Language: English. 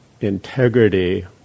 integrity